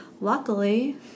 luckily